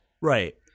right